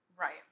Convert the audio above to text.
right